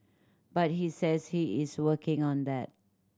but he says he is working on that